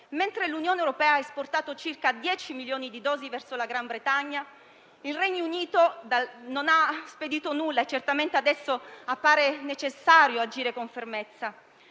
Mentre l'Unione europea ha esportato circa 10 milioni di dosi verso la Gran Bretagna, il Regno Unito non ha spedito nulla e certamente adesso appare necessario agire con fermezza.